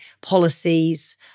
policies